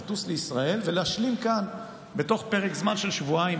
לטוס לישראל ולהשלים בתוך פרק זמן של שבועיים,